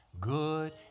Good